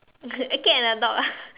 a cat and a dog lah